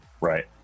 Right